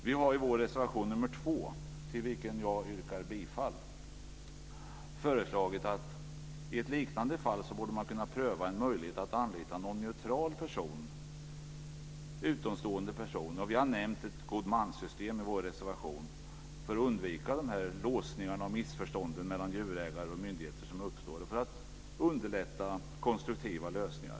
Vi har i vår reservation nr 2, till vilken jag yrkar bifall, föreslagit att man i liknande fall borde kunna pröva möjligheten att anlita någon neutral utomstående person - vi har nämnt ett god man-system - för att undvika de låsningar och missförstånd som uppstår mellan djurägare och myndigheter och för att underlätta konstruktiva lösningar.